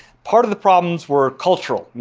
part of the problems were cultural.